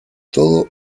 todo